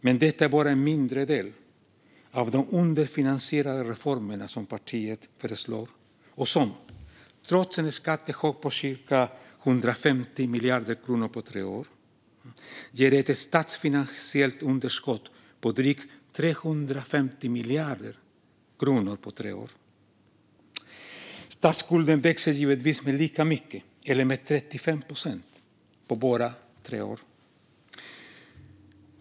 Men detta är bara en mindre del av de underfinansierade reformer som partiet föreslår. Trots en skattechock på cirka 150 miljarder kronor på tre år ger detta ett statsfinansiellt underskott på drygt 350 miljarder kronor på tre år. Statsskulden växer givetvis med lika mycket, eller med 35 procent, på bara tre år.